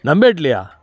நம்பேட்டிலயா